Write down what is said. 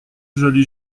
joli